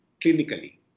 clinically